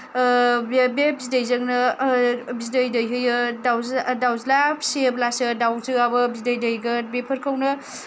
बे बिदैजोंनो बिदै दैहोयो दाउजो दाउज्ला फिसियोब्लासो दाउजोआबो बिदै दैगोन बेफोरखौनो